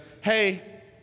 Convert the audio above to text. hey